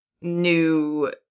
new